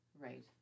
Right